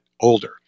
older